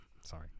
Sorry